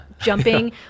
jumping